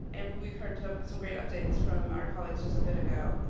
and we've heard some great updates from our colleagues just a bit ago.